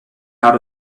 out